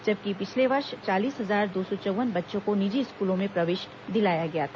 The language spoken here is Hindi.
जबकि पिछले वर्ष चालीस हजार दो सौ चौव्वन बच्चों को निजी स्कूलों में प्रवेश दिलाया गया था